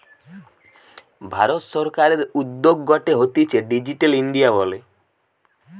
ভারত সরকারের উদ্যোগ গটে হতিছে ডিজিটাল ইন্ডিয়া বলে